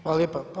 Hvala lijepa.